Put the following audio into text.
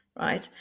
Right